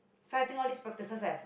sight this all this spotted as